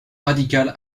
radicale